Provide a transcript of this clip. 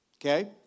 okay